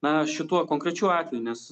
na šituo konkrečiu atveju nes